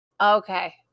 Okay